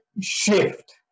shift